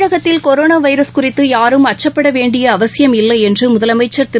தமிழகத்தில் corona virus குறித்து யாரும் அச்சப்பட வேண்டிய அவசியம் இல்லை என்று முதலமைச்சள் திரு